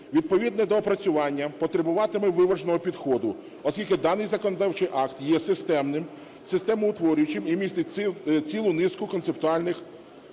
Відповідне доопрацювання потребуватиме виваженого підходу, оскільки даний законодавчий акт є системним, системоутворюючим і містить цілу низку концептуальних новацій.